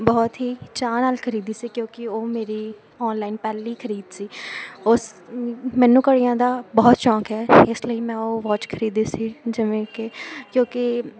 ਬਹੁਤ ਹੀ ਚਾਅ ਨਾਲ ਖਰੀਦੀ ਸੀ ਕਿਉਂਕਿ ਉਹ ਮੇਰੀ ਆਨਲਾਈਨ ਪਹਿਲੀ ਖਰੀਦ ਸੀ ਉਸ ਮੈਨੂੰ ਘੜੀਆਂ ਦਾ ਬਹੁਤ ਸ਼ੌਕ ਹੈ ਇਸ ਲਈ ਮੈਂ ਉਹ ਵਾਚ ਖਰੀਦੀ ਸੀ ਜਿਵੇਂ ਕਿ ਕਿਉਂਕਿ